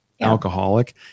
alcoholic